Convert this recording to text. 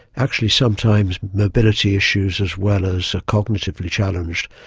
actually sometimes mobility issues as well as cognitively challenged,